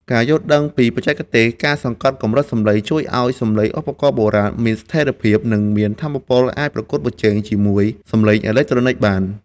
ការយល់ដឹងពីបច្ចេកទេស ការសង្កត់កម្រិតសំឡេង ជួយឱ្យសំឡេងឧបករណ៍បុរាណមានស្ថេរភាព និងមានថាមពលអាចប្រកួតប្រជែងជាមួយសំឡេងអេឡិចត្រូនិចបាន។